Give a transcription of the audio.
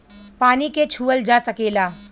पानी के छूअल जा सकेला